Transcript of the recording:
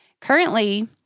Currently